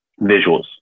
visuals